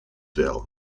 wel